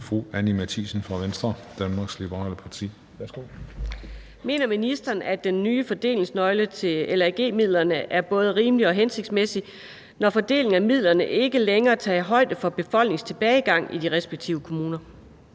af: Anni Matthiesen (V): Mener ministeren, at den nye fordelingsnøgle til LAG-midlerne er både rimelig og hensigtsmæssig, når fordelingen af midlerne ikke længere tager højde for befolkningstilbagegang i de respektive kommuner?